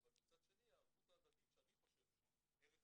אבל מצד שני הערבות ההדדית שאני חושב שהיא ערך